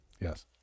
yes